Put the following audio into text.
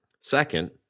Second